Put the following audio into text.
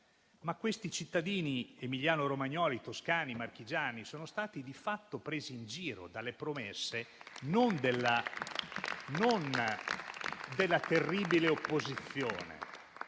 Ma questi cittadini emiliano-romagnoli, toscani, marchigiani sono stati di fatto presi in giro dalle promesse fatte non dalla terribile opposizione,